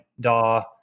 DAW